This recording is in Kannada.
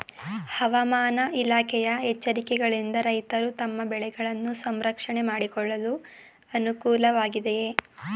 ಹವಾಮಾನ ಇಲಾಖೆಯ ಎಚ್ಚರಿಕೆಗಳಿಂದ ರೈತರು ತಮ್ಮ ಬೆಳೆಗಳನ್ನು ಸಂರಕ್ಷಣೆ ಮಾಡಿಕೊಳ್ಳಲು ಅನುಕೂಲ ವಾಗಿದೆಯೇ?